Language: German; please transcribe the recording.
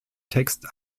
text